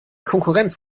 konkurrenz